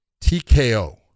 TKO